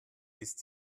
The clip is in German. ist